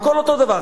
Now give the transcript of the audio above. הכול אותו דבר.